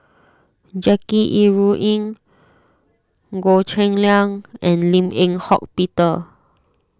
Jackie Yi Ru Ying Goh Cheng Liang and Lim Eng Hock Peter